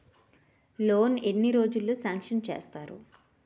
Loan ఎన్ని రోజుల్లో sanction చేస్తారు?